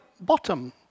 bottom